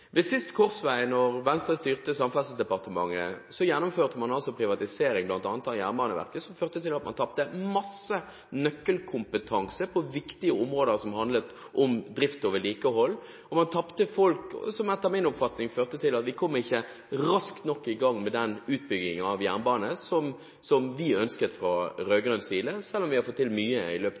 Ved siste korsvei, da Venstre styrte Samferdselsdepartementet, gjennomførte man privatisering av bl.a. Jernbaneverket. Dette førte til at man tapte masse nøkkelkompetanse på viktige områder som handlet om drift og vedlikehold, og man tapte folk, som etter min oppfatning førte til at vi ikke kom raskt nok i gang med den utbyggingen av jernbane som vi ønsket fra rød-grønn side, selv om vi fikk til mye i løpet av